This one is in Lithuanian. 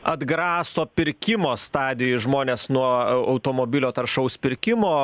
atgraso pirkimo stadijoj žmones nuo automobilio taršaus pirkimo